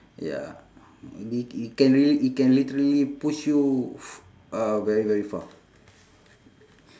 ya it it can it can literally push you f~ uh very very far